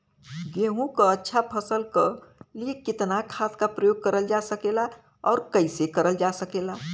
गेहूँक अच्छा फसल क लिए कितना खाद के प्रयोग करल जा सकेला और कैसे करल जा सकेला?